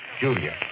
Julia